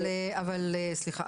אבל סליחה,